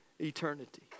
eternity